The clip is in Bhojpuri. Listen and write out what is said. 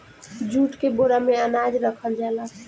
जूट के बोरा में अनाज रखल जाला